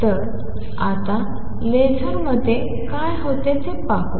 तर आता लेझरमध्ये काय होते ते पाहू